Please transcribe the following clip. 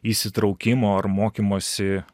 įsitraukimo ar mokymosi